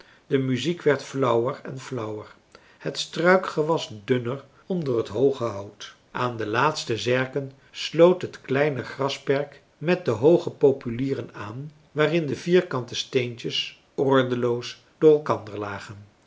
de muziek werd flauwer en flauwer het struikgewas dunner onder het hooge hout aan de laatste zerken sloot het kleine grasperk met de hooge populieren aan waarin de vierkante steentjes ordeloos door elkander lagen